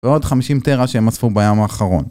ועוד 50 טרה שהם אספו ביום האחרון